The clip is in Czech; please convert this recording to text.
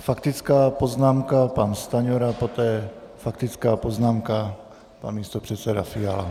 Faktická poznámka pan Stanjura, poté faktická poznámka pan místopředseda Fiala.